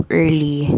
early